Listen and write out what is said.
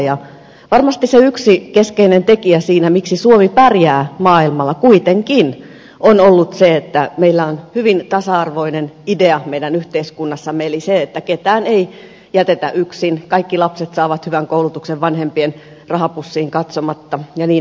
varmasti se yksi keskeinen tekijä siinä miksi suomi kuitenkin pärjää maailmalla on ollut se että meillä on hyvin tasa arvoinen idea meidän yhteiskunnassamme eli se että ketään ei jätetä yksin kaikki lapset saavat hyvän koulutuksen vanhempien rahapussiin katsomatta ja niin edelleen